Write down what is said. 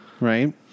right